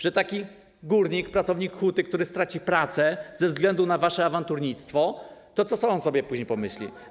Że taki górnik, pracownik huty, który straci pracę ze względu na wasze awanturnictwo, to co on sobie później pomyśli?